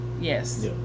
Yes